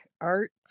art